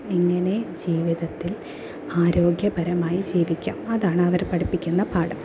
എങ്ങനെ ജീവിതത്തിൽ ആരോഗ്യപരമായി ജീവിക്കാം അതാണ് അവർ പഠിപ്പിക്കുന്ന പാഠം